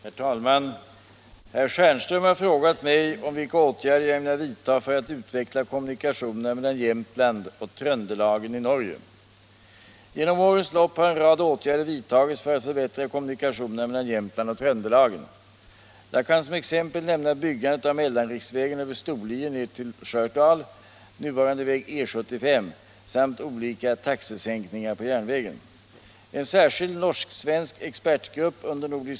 410, och anförde: Herr talman! Herr Stjernström har frågat mig om vilka åtgärder jag ämnar vidta för att utveckla kommunikationerna mellan Jämtland och Tröndelagen i Norge. Genom årens lopp har en rad åtgärder vidtagits för att förbättra kommunikationerna mellan Jämtland och Tröndelagen. Jag kan som exempel nämna byggandet av mellanriksvägen över Storlien ner till Stjördal — nuvarande väg E 75 — samt olika taxesänkningar på järnvägen.